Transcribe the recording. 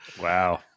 Wow